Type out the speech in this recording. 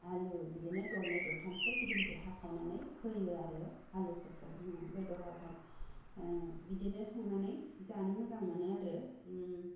आलु बिदिनो दरनै दरथामसो गिदिर गिदिर हाखावनानै होयो आरो आलुफोरखौ बेदरावहाय बिदिनो संनानै जानो मोजां मोनो आरो